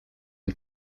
een